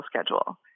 schedule